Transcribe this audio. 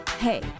Hey